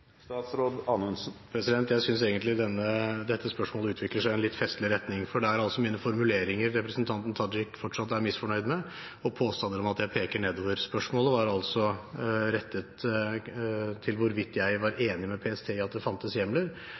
Jeg synes egentlig dette spørsmålet utvikler seg i en litt festlig retning, for det er altså mine formuleringer representanten Tajik fortsatt er misfornøyd med, og påstander om at jeg peker nedover. Spørsmålet handlet altså om hvorvidt jeg var enig med PST i at det fantes hjemler,